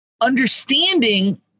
understanding